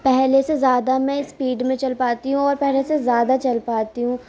پہلے سے زیادہ میں اسپیڈ میں چل پاتی ہوں اور پہلے سے زیادہ چل پاتی ہوں